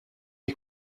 est